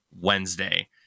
Wednesday